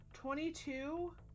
Twenty-two